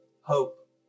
hope